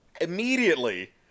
immediately